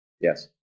Yes